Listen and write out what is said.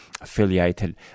affiliated